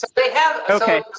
they have okay.